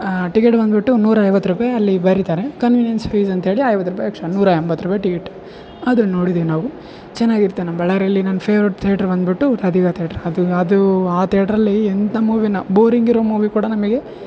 ticket ಬಂದ್ಬಿಟ್ಟು ನೂರಾ ಐವತ್ತು ರೂಪಾಯಿ ಅಲ್ಲಿ ಬರೀತಾರೆ ಕನ್ವಿನೆನ್ಸ್ ಫೀಸ್ ಅಂತೇಳಿ ಐವತ್ತು ರೂಪಾಯಿ ಎಕ್ಸ್ಟ್ರಾ ನೂರಾ ಎಂಬತ್ತು ರೂಪಾಯಿ ಟಿಕಿಟ್ ಆದರು ನೋಡಿದೀವಿ ನಾವು ಚೆನ್ನಾಗ್ ಇರ್ತಾ ನಮ್ಮ ಬಳ್ಳಾರಿಯಲ್ಲಿ ನನ್ನ ಫೆವ್ರೇಟ್ ತೇಟ್ರ್ ಬಂದುಬಿಟ್ಟು ರಾಧಿಕ ತೇಟ್ರ್ ಅದು ಅದು ಆ ತೇಟ್ರ್ಲ್ಲಿ ಎಂಥ ಮೂವಿನೋ ಬೋರಿಂಗ್ ಇರೋ ಮೂವಿ ಕೂಡ ನಮಗೆ